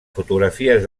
fotografies